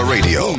Radio